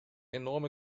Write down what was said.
enorme